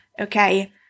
Okay